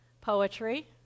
poetry